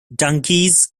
donkeys